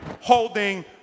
holding